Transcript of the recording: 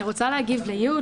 אני רוצה להגיב ל-י'.